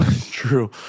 True